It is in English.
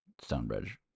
Stonebridge